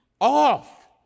off